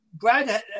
Brad